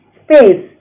space